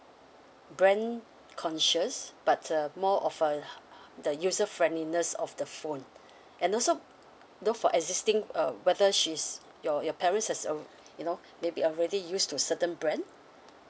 brand-conscious but uh more of uh the user friendliness of the phone and also go for existing uh whether she's your your parents is alr~ you know maybe already used to certain brand